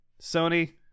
Sony